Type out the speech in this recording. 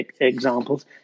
examples